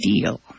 deal